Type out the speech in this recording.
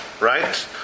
right